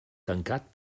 tancat